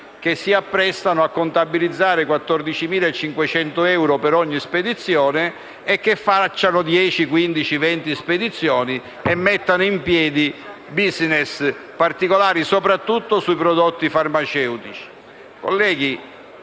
che si apprestano a contabilizzare 14.500 euro per ogni spedizione e che fanno 10, 15, 20 spedizioni mettendo in piedi *business* particolari soprattutto sui prodotti farmaceutici.